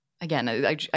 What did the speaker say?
again